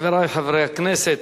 חברי חברי הכנסת,